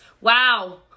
Wow